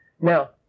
Now